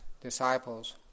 disciples